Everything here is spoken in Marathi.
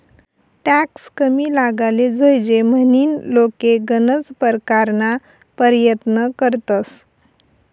टॅक्स कमी लागाले जोयजे म्हनीन लोके गनज परकारना परयत्न करतंस